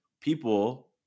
people-